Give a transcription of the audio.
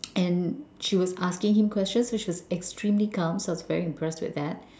and she was asking him questions and she was extremely calm so I was very impressed with that